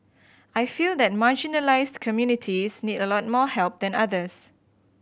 I feel that marginalised communities need a lot more help than others